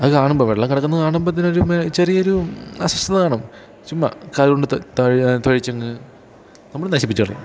അത് കാണുമ്പം വെള്ളം കിടക്കുന്നത് കാണുമ്പത്തിനൊരു ചെറിയൊരു അസ്വസ്ഥത കാണും ചുമ്മാ കാലമുണ്ട് തഴ തൊഴിച്ചങ്ങ് നമ്മൾ നശിപ്പിച്ചു കളയും